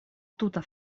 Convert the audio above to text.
tuta